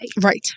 Right